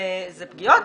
זה פגיעות.